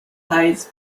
hides